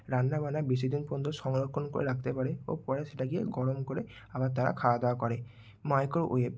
রান্না বান্না বেশি দিন পর্যন্ত সংরক্ষণ করে রাখতে পারে ও পরে সেটা গিয়ে গরম করে আবার তারা খাওয়া দাওয়া করে মাইক্রোওয়েভ